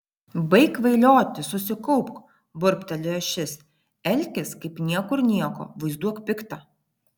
baik kvailioti susikaupk burbtelėjo šis elkis kaip niekur nieko vaizduok piktą